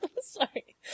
Sorry